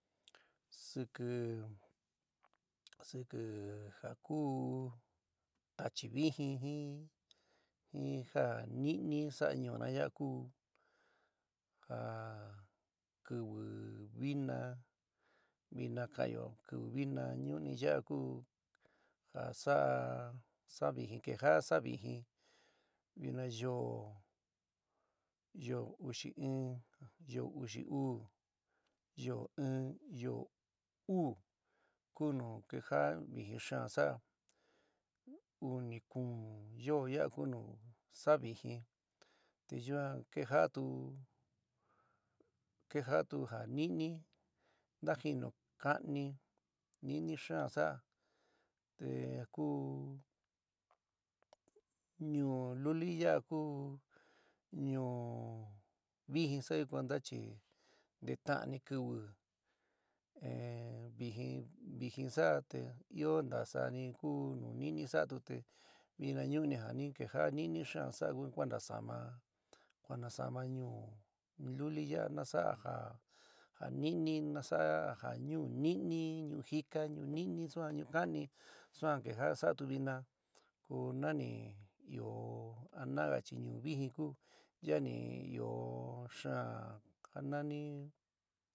Sikɨ sikɨ ja kú tachi vijín jin ja nɨnɨ sa'a ñuúna yaá ku ja kɨvɨ vina vina ka'anyo kɨvɨ vina ñuni ya'a kuu ja saá vijɨ ni kejaá saá vijɨ vina yoó yoó uxi in, yoó uxi uú, yoó in, yoó uú, ku nu keja'a vijɨn xaán sa'á uni kuún yoó ya'a ku nu sa'á vijɨn te yuan keja'atu keja'atu ja nɨnɨ ka jínu ka'ani, nɨnɨ xaán sa'á te ja ku ñuú luli ya'a ku ñuú vijɨn sa'ayo cuenta chi nteta'ani kɨvɨ ehh vijɨn vijɨn sa'a te ɨó ntaásani ku nu nɨnɨ sa'atu te vinañu'úni ja ni keja'a nɨnɨ xaán sa'a kuanasama kuanasama ñuú luli ya'a na sa'a ja nɨnɨ na sa'á ja ñuú nɨnɨ, ñuú jíka, ñuú nɨnɨ suan ñuú ka'ani suan ni kejaá sa'atu vina ko na ni ɨó ana'aga chi ñuú vijɨn kuú ya'a ni ɨó xaán janani.